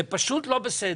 זה פשוט לא בסדר,